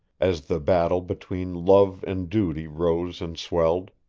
as the battle between love and duty rose and swelled.